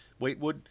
Wheatwood